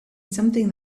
something